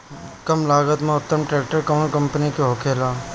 कम लागत में उत्तम ट्रैक्टर कउन कम्पनी के होखेला?